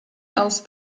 else